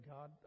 God